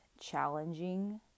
challenging